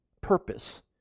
purpose